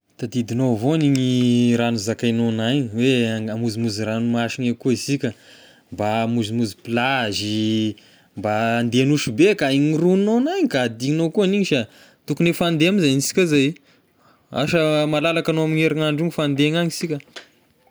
Tadidignao avao ny igny raha nozakaignao anahy igny hoe an- hamonzimonzy ranomasigna koa isika, mba hamonzimonzy plazy ih mba handeha a Nosy Be kay, mirohononao any ka adinognao koa igny sha, tokony efa handeha ame izay agny isika za ih, ansa malalaky agnao amin'ny herinandro igny fa handeha ny agny isika.